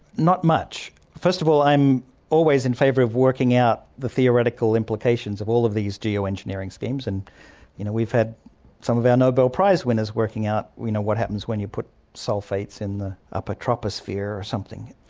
not much. first of all, i'm always in favour of working out the theoretical implications of all of these geo-engineering schemes. and you know we've had some of our nobel prize-winners working out you know what happens when you put sulphates in the upper troposphere or something.